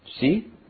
See